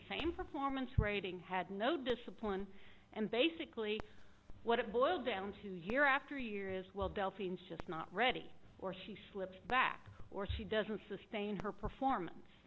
same performance rating had no discipline and basically what it boils down to year after year is well delphine's just not ready or she slips back or she doesn't sustain her performance